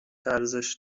ارزش